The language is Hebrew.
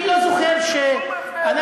אני לא זוכר שאנחנו,